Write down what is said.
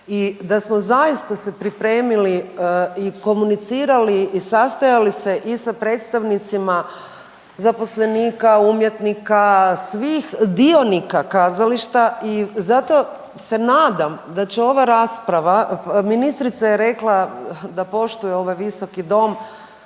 i da smo zaista se pripremili i komunicirali i sastajali se i sa predstavnicima zaposlenika, umjetnika, svih dionika kazališta i zato se nadam da će ova rasprava, ministrica je rekla da poštuje ovaj visoki dom,